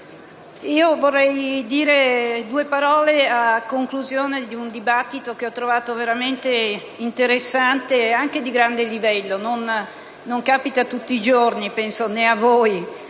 vorrei dire poche parole a conclusione di una discussione che ho trovato veramente interessante e anche di grande livello. Penso non capiti tutti i giorni, né a voi